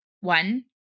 One